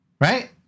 Right